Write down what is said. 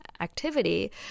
activity